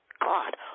God